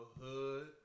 Hood